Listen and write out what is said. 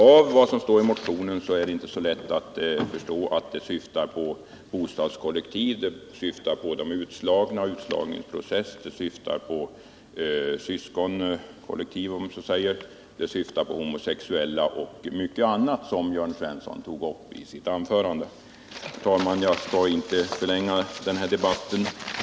Av det som står i motionen är det inte lätt att förstå att den syftar på bostadskollektiv, på de utslagna, på utslagningsprocessen, på syskonkollektiv, på homosexuella och mycket annat som Jörn Svensson tog upp i sitt anförande. Herr talman! Jag skall inte förlänga den här debatten.